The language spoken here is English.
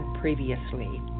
previously